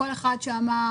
קול אחד שאמר,